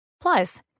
Plus